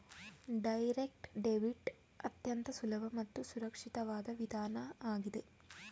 direct debit ಅತ್ಯಂತ ಸುಲಭ ಮತ್ತು ಸುರಕ್ಷಿತವಾದ ವಿಧಾನ ಆಗಿದೆ